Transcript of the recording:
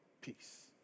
peace